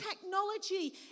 technology